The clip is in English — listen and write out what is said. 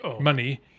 money